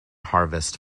harvest